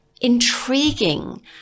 intriguing